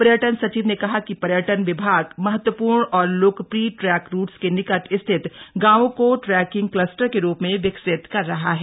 पर्यटन सचिव ने कहा कि पर्यटन विभाग महत्वपूर्ण औरलोकप्रिय ट्रैक रूट्स के निकट स्थित गांवों को ट्रैकिंग क्लस्टर के रूप में विकसित कर रहा है